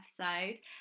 episode